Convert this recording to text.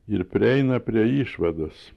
ir prieina prie išvados